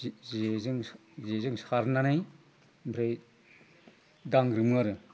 जेजों जेजों सारनानै ओमफ्राय दांग्रोमो आरो